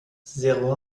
zéro